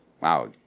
Wow